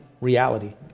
reality